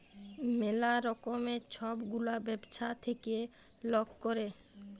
ম্যালা রকমের ছব গুলা ব্যবছা থ্যাইকে লক ক্যরে